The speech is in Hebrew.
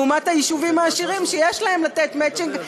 לעומת היישובים העשירים שיש להם לתת מצ'ינג,